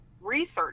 research